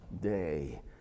day